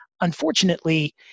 Unfortunately